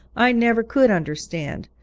i never could understand,